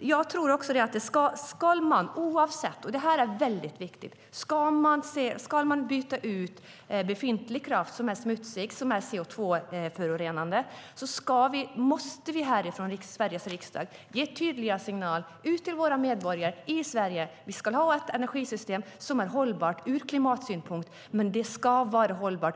Jag tror också - och detta är mycket viktigt - att ska vi byta ut befintlig kraft som är smutsig och CO2-förorenande måste vi härifrån Sveriges riksdag ge tydliga signaler ut till våra medborgare i Sverige att vi ska ha ett energisystem som är hållbart ur klimatsynpunkt men som även är hållbart